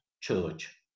church